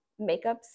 makeups